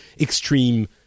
extreme